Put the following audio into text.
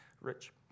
rich